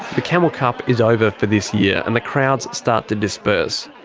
the camel cup is over for this year, and the crowds start to disperse.